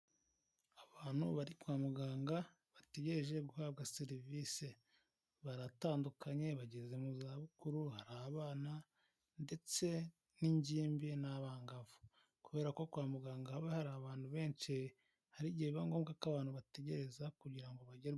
Abantu bari kwa muganga bategereje guhabwa serivisi baratandukanye bageze mu zabukuru hari abana ndetse n'ingimbi n'abangavu, kubera ko kwa muganga haba hari abantu benshi hari igihe biba ngombwa ko abantu bategereza kugira ngo bagerweho.